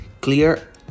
clear